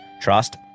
trust